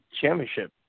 championship